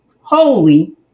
holy